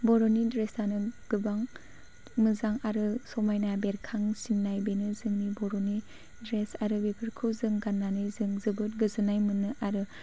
बर'नि द्रेसानो गोबां मोजां आरो समायना बेरखांसिननाय बेनो जोंनि बर'नि द्रेस आरो बेफोरखौ जों गानानै जों जोबोद गोजोननाय मोनो आरो